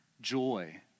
joy